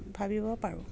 ভাবিব পাৰোঁ